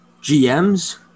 GMs